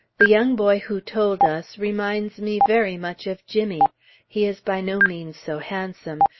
the young boy who told us, reminds me very much of jimmy he is by no means so handsome,